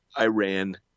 Iran